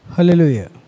Hallelujah